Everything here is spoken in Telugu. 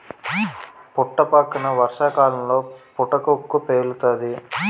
పుట్టపక్కన వర్షాకాలంలో పుటకక్కు పేలుతాది